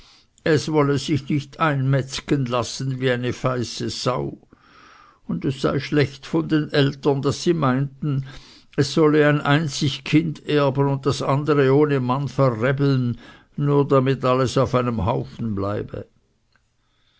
es wolle sich nicht einmetzgen lassen wie eine feiße sau und es sei schlecht von den eltern daß sie meinten es solle ein kind einzig erben und das andere ohne mann verrebeln nur damit alles auf einem haufen bleibe